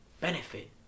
benefit